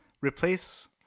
Replace